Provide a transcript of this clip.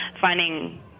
finding